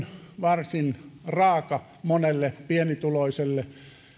varsin raaka monelle pienituloiselle